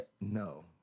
No